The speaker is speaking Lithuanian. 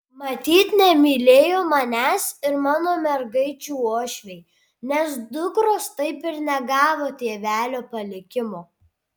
matyt nemylėjo manęs ir mano mergaičių uošviai nes dukros taip ir negavo tėvelio palikimo